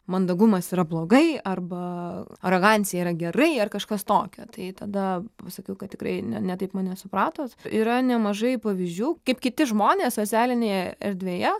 mandagumas yra blogai arba arogancija yra gerai ar kažkas tokio tai tada pasakiau kad tikrai ne ne taip mane supratot yra nemažai pavyzdžių kaip kiti žmonės socialinėje erdvėje